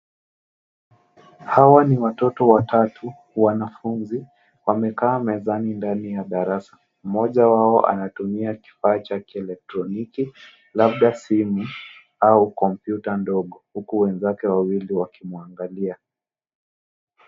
Hawa ni watoto watatu, wanafunzi, wamekaa mezani ndani ya darasa. Mmoja wao anatumia kifaa cha kielektroniki labda simu au kompyuta ndogo huku wenzake wawili wakimwaangalia.